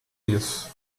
isso